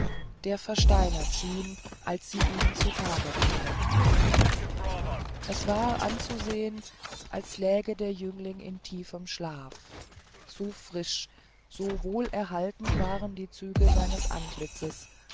der versteinert schien als sie ihn zutage förderten es war anzusehen als läge der jüngling in tiefem schlaf so frisch so wohl erhalten waren die züge seines antlitzes